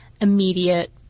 immediate